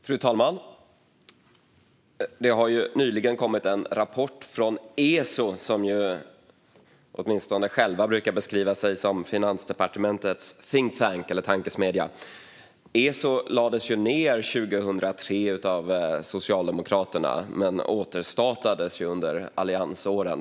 Fru talman! Det har nyligen kommit en rapport från ESO, som åtminstone själva brukar beskriva sig som Finansdepartementets think-tank, tankesmedja. ESO lades ned 2003 av Socialdemokraterna men återstartades under alliansåren.